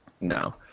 no